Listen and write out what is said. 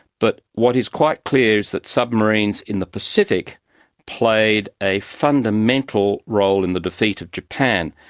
but what is quite clear is that submarines in the pacific played a fundamental role in the defeat of japan.